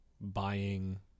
buying